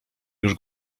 już